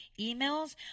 Emails